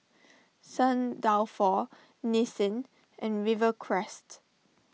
Saint Dalfour Nissin and Rivercrest